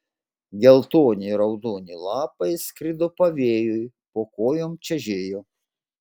geltoni raudoni lapai skrido pavėjui po kojom čežėjo